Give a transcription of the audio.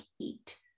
eat